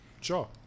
Sure